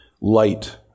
light